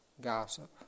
gossip